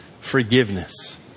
forgiveness